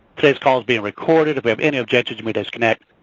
today's call is being recorded. if you have any objections you may disconnect.